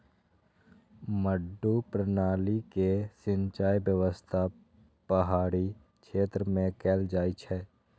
मड्डू प्रणाली के सिंचाइ व्यवस्था पहाड़ी क्षेत्र मे कैल जाइ छै